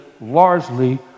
largely